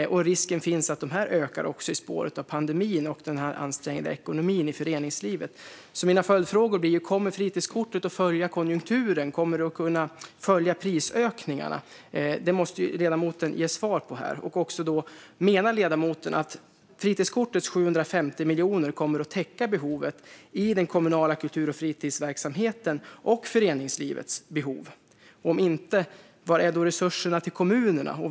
Risken finns att avgifterna ökar också i spåren av pandemin och den ansträngda ekonomin i föreningslivet. Mina följdfrågor blir därför: Kommer fritidskortet att följa konjunkturen? Kommer det att kunna följa prisökningarna? Det måste ledamoten ge svar på. Menar ledamoten att fritidskortets 750 miljoner kommer att täcka behovet i den kommunala kultur och fritidsverksamheten och föreningslivets behov? Om inte, var är då resurserna till kommunerna?